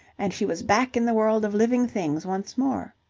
and she was back in the world of living things once more.